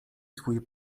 twój